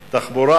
תחבורה.